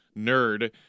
nerd